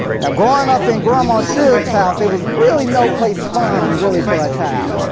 now, growing up in grandma shug's house, it was really no place fun, really, for a child.